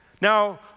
Now